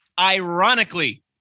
ironically